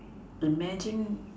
imagine